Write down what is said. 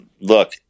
look